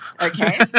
Okay